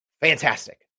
fantastic